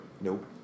nope